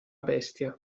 bestia